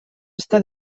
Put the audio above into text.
està